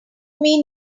mean